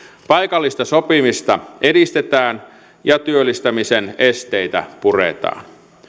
paikallista sopimista edistetään ja työllistämisen esteitä puretaan